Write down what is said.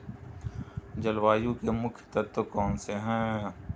जलवायु के मुख्य तत्व कौनसे हैं?